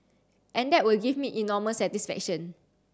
and that will give me enormous satisfaction